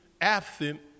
absent